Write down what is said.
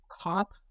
cop